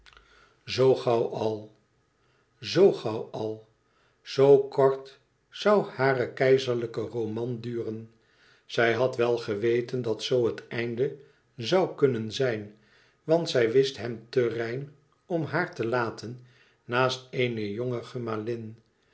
zoo gauw al zoo gauw al z kort zoû haar keizerlijke roman duren zij had wel geweten dat zoo het einde zoû kunnen zijn want zij wist hem te rein om haar te laten naast eene jonge gemalin